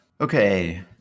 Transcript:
Okay